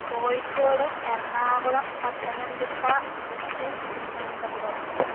Kozhikode Ernakulam Pathanamthitta Idukki Thiruvananthapuram